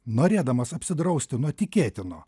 norėdamas apsidrausti nuo tikėtino